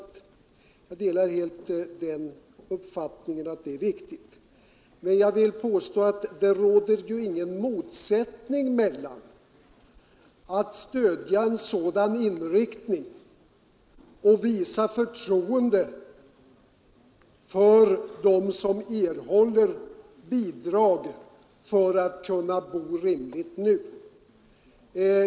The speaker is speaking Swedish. Jag delar helt den uppfattningen. Men det råder ju ingen motsättning mellan att stödja en sådan inriktning och visa förtroende för dem som erhåller bidrag för att kunna bo rimligt nu.